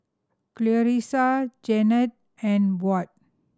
Clarisa Janet and Burt